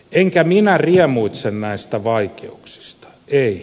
enkä minä riemuitse näistä vaikeuksista ei